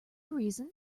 reason